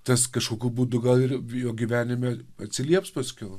tas kažkokiu būdu gal ir jo gyvenime atsilieps paskiau